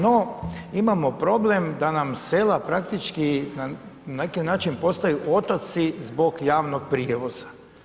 No imamo problem, da nam sela, praktički na neki način postaju otoci zbog javnog prijevoza.